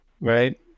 right